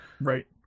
Right